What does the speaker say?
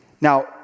Now